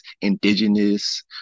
indigenous